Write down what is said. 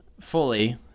fully